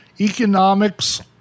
economics